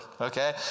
okay